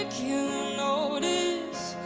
you know but is